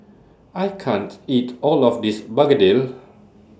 I can't eat All of This Begedil